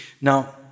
Now